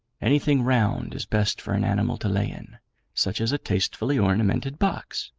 anything round is best for an animal to lay in such as a tastefully ornamented box.